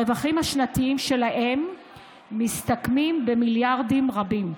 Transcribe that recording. הרווחים השנתיים שלהם מסתכמים במיליארדים רבים.